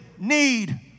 Need